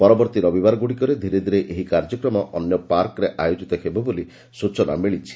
ପରବର୍ତୀ ରବିବାରଗୁଡ଼ିକରେ ଧୀରେଧୀରେ ଏହି କାର୍ଯ୍ୟକ୍ରମ ଅନ୍ୟ ପାର୍କରେ ମଧ ଅୟୋଜିତ ହେବ ବୋଲି ସୂଚନା ମିଳିଛି